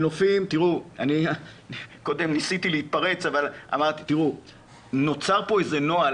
תראו, נוצר פה איזה נוהל